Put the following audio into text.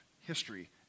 history